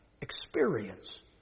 experience